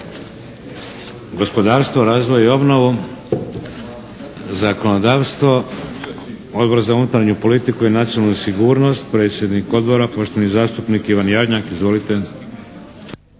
gospodarstvo, razvoj i obnovu? Zakonodavstvo? Odbor za unutarnju politiku i nacionalnu sigurnost? Predsjednik Odbora, poštovani zastupnik Ivan Jarnjak. Izvolite.